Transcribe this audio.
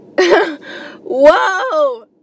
whoa